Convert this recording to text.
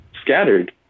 scattered